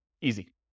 Easy